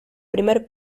primer